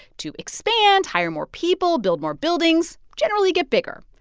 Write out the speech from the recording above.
to expand, hire more people, build more buildings generally get bigger.